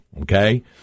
okay